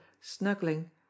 snuggling